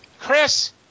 Chris